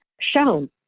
shown